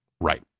right